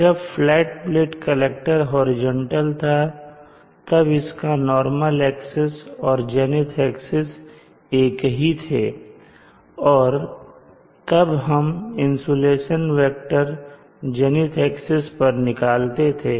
जब flat plate collector horizontal था तब इसका नॉर्मल एक्सिस और जेनिथ एक्सिस एक ही थे और तब हम इंसुलेशन वेक्टर जेनिथ एक्सिस पर निकालते थे